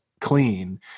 clean